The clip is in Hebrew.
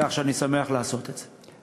כך שאני שמח לעשות את זה.